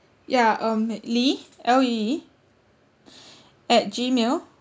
ya um lee L E E at gmail